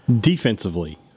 Defensively